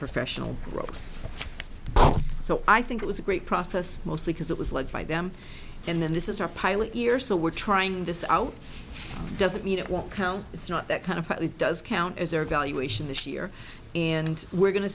professional growth so i think it was a great process mostly because it was led by them and then this is our pilot year so we're trying this out doesn't mean it won't count it's not that kind of it does count as their evaluation this year and we're going to